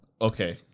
Okay